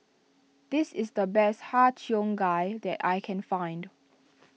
this is the best Har Cheong Gai that I can find